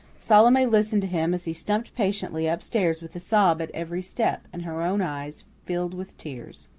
salome listened to him as he stumped patiently up-stairs with a sob at every step, and her own eyes filled with tears.